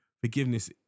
forgiveness